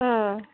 ம்